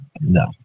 no